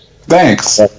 Thanks